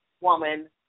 woman